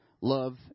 love